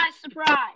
Surprise